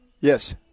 Yes